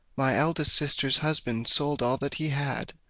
my eldest sister's husband sold all that he had,